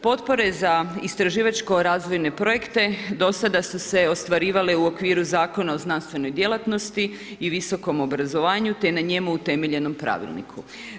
Potpore za istraživačko razvojne projekte do sada su se ostvarivale u okviru Zakona o znanstvenoj djelatnosti i visokom obrazovanju, te na njemu utemeljenom pravilniku.